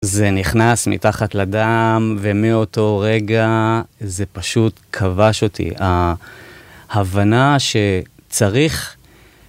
זה נכנס מתחת לדם, ומאותו רגע זה פשוט כבש אותי ההבנה שצריך